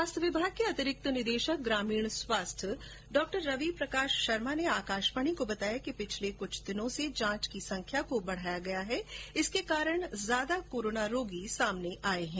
स्वास्थ्य विभाग के अतिरिक्त निदेशक ग्रामीण स्वास्थ्य डॉ रवि प्रकाश शर्मा ने आकाशवाणी को बताया कि पिछले कुछ दिनों से जांच की संख्या को बढ़ाया गया है जिसके कारण ज्यादा कोरोना रोगी सामने आये हैं